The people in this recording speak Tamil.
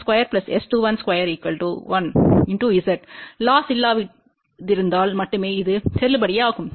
Z லொஸ் இல்லாதிருந்தால் மட்டுமே இது செல்லுபடியாகும்